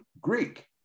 Greek